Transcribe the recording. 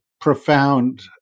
profound